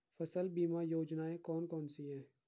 फसल बीमा योजनाएँ कौन कौनसी हैं?